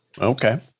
Okay